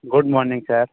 good morning sir